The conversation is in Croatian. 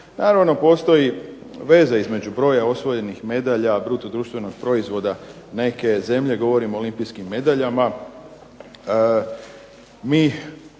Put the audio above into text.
Naravno postoji veza između broja osvojenih medalja, bruto društvenog proizvoda neke zemlje, govorim o olimpijskim medaljama. Mi